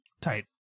tight